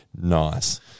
Nice